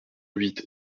huit